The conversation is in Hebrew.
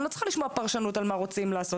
אני לא צריכה לשמוע פרשנות על מה רוצים לעשות,